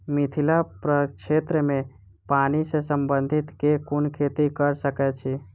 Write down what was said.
मिथिला प्रक्षेत्र मे पानि सऽ संबंधित केँ कुन खेती कऽ सकै छी?